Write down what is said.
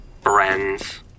friends